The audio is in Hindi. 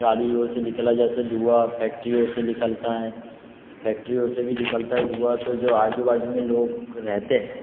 गाड़ियों से निकला जैसे धुआँ फैक्टरियों से निकलता है फैक्टरियों से भी निकलता है धुआँ तो जो आजू बाजू में लोग रहते हैं